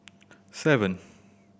seven